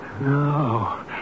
No